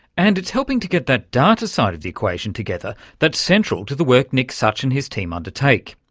and it's helping to get that data side of the equation together that's central to the work nick such and his team undertake.